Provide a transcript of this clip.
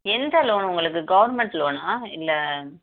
எந்த லோன்னு உங்களுக்கு கவர்மெண்ட் லோனா இல்லை